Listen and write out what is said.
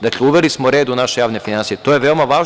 Dakle, uveli smo red u naše javne finansije, to je veoma važno.